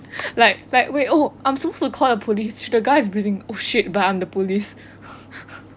like like wait oh wait I'm suppose to call the police the guy is bleeding oh shit but I'm the police